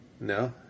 no